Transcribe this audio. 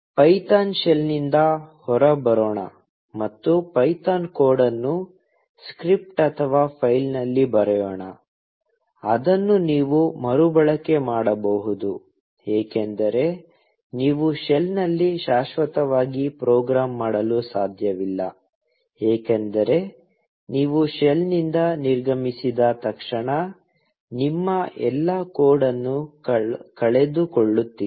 Python ಶೆಲ್ನಿಂದ ಹೊರಬರೋಣ ಮತ್ತು ಪೈಥಾನ್ ಕೋಡ್ ಅನ್ನು ಸ್ಕ್ರಿಪ್ಟ್ ಅಥವಾ ಫೈಲ್ನಲ್ಲಿ ಬರೆಯೋಣ ಅದನ್ನು ನೀವು ಮರುಬಳಕೆ ಮಾಡಬಹುದು ಏಕೆಂದರೆ ನೀವು ಶೆಲ್ನಲ್ಲಿ ಶಾಶ್ವತವಾಗಿ ಪ್ರೋಗ್ರಾಂ ಮಾಡಲು ಸಾಧ್ಯವಿಲ್ಲ ಏಕೆಂದರೆ ನೀವು ಶೆಲ್ನಿಂದ ನಿರ್ಗಮಿಸಿದ ತಕ್ಷಣ ನಿಮ್ಮ ಎಲ್ಲಾ ಕೋಡ್ ಅನ್ನು ಕಳೆದುಕೊಳ್ಳುತ್ತೀರಿ